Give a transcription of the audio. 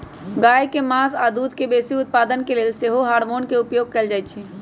गाय के मास आऽ दूध के बेशी उत्पादन के लेल सेहो हार्मोन के उपयोग कएल जाइ छइ